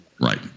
Right